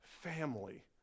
family